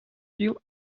still